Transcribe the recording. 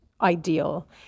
ideal